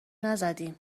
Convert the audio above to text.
نزدیم